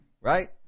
Right